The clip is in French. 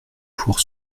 pour